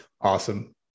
Awesome